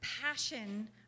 passion